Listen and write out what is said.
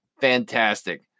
fantastic